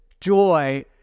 joy